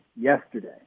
yesterday